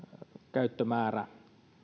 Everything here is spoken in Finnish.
käyttömäärä